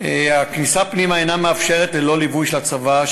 אינה מתאפשרת ללא ליווי של הצבא,